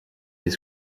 des